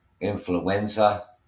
influenza